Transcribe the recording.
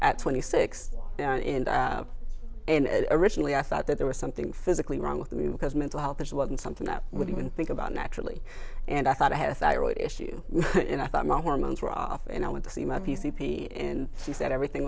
at twenty six and originally i thought that there was something physically wrong with me because mental health issues wasn't something that would even think about naturally and i thought i had a thyroid issue and i thought my hormones were off and i went to see my p c p and he said everything